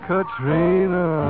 Katrina